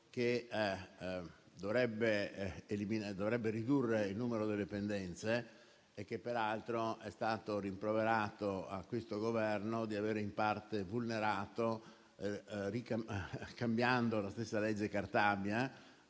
che dovrebbe ridurre il numero delle pendenze. È stato rimproverato peraltro a questo Governo di averlo in parte vulnerato, cambiando la stessa legge Cartabia